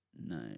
no